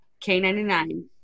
K99